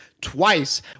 twice